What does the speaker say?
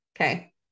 Okay